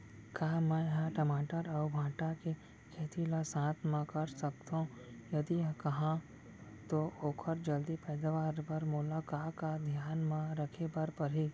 का मै ह टमाटर अऊ भांटा के खेती ला साथ मा कर सकथो, यदि कहाँ तो ओखर जलदी पैदावार बर मोला का का धियान मा रखे बर परही?